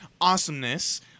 awesomeness